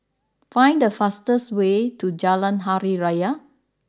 find the fastest way to Jalan Hari Raya